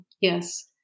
Yes